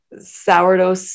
sourdough